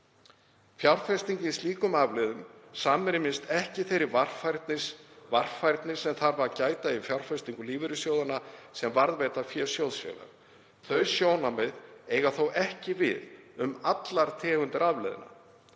Fjárfesting í slíkum afleiðum samræmist ekki þeirri varfærni sem þarf að gæta í fjárfestingum lífeyrissjóða sem varðveita fé sjóðfélaga. Þau sjónarmið eiga þó ekki við um allar tegundir afleiða.